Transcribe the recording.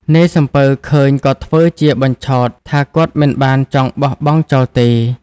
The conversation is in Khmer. នាយសំពៅឃើញក៏ធ្វើជាបញ្ឆោតថាគាត់មិនបានចង់បោះបង់ចោលទេ។